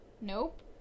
Nope